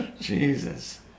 Jesus